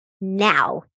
now